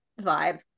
vibe